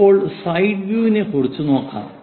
ഇപ്പോൾ സൈഡ് വ്യൂയിനെ കുറിച്ച് നോക്കാം